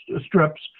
strips